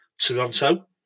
Toronto